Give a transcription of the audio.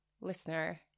listener